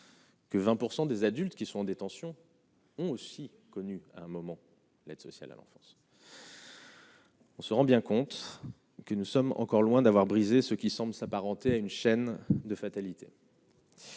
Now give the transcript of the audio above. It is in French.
Que 20 % des adultes qui sont en détention ont aussi connu un moment l'aide sociale à l'enfance. On se rend bien compte que nous sommes encore loin d'avoir brisé ce qui semble s'apparenter à une chaîne de fatalité.